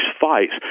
fights